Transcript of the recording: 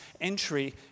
entry